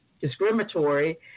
discriminatory